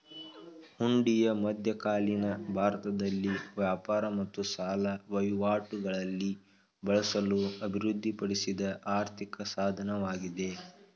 ಹುಂಡಿಯು ಮಧ್ಯಕಾಲೀನ ಭಾರತದಲ್ಲಿ ವ್ಯಾಪಾರ ಮತ್ತು ಸಾಲ ವಹಿವಾಟುಗಳಲ್ಲಿ ಬಳಸಲು ಅಭಿವೃದ್ಧಿಪಡಿಸಿದ ಆರ್ಥಿಕ ಸಾಧನವಾಗಿದೆ